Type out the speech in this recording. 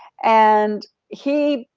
and he,